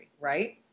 right